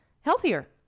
healthier